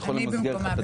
אני במקומה.